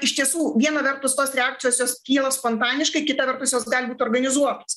iš tiesų viena vertus tos reakcijos jos kyla spontaniškai kita vertus jos gali būt organizuotos